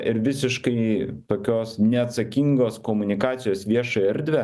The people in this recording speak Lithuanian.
ir visiškai tokios neatsakingos komunikacijos viešą erdvę